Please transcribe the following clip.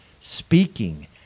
speaking